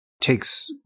takes